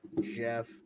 Jeff